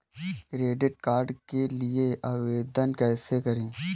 Credit card के लिए आवेदन कैसे करें?